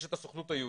יש את סוכנות היהודית,